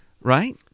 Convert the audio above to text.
right